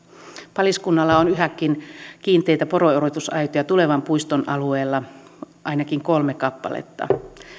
paliskunnalla on yhäkin kiinteitä poroerotusaitoja tulevan puiston alueella ainakin kolme kappaletta